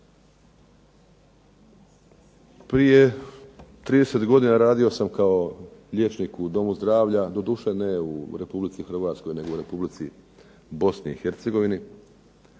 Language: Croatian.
Prije 30 godina radio sam kao liječnik u domu zdravlja, doduše ne u Republici Hrvatskoj, nego u Republici Bosni i Hercegovini,